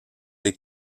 des